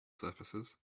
surfaces